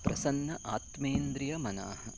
प्रसन्नात्मेन्द्रियमनांसि